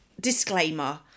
disclaimer